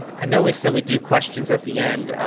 i know we said we'd do questions at the end,